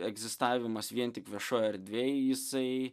egzistavimas vien tik viešoj erdvėj jisai